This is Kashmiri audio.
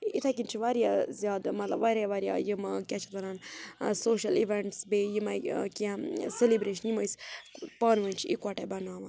یِتھَے کٔنۍ چھِ واریاہ زیادٕ مطلب واریاہ واریاہ یِم کیٛاہ چھِ اَتھ وَنان سوشَل اِوٮ۪نٛٹٕس بیٚیہِ یِمَے کینٛہہ سیٚلِبریشَن یِم أسۍ پانہٕ ؤنۍ چھِ یِکوَٹَے بَناوان